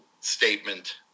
statement